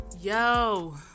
Yo